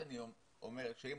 מה שאני אומר, שאם